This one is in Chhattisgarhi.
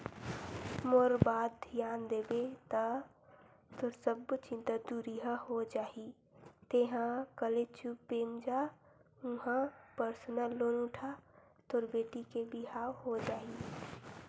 मोर बात धियान देबे ता तोर सब्बो चिंता दुरिहा हो जाही तेंहा कले चुप बेंक जा उहां परसनल लोन उठा तोर बेटी के बिहाव हो जाही